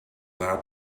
that